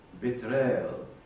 betrayal